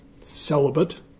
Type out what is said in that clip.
celibate